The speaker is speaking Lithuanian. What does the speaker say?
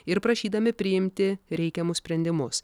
ir prašydami priimti reikiamus sprendimus